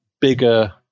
bigger